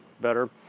better